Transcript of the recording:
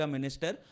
Minister